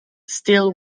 still